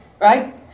right